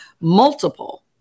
multiple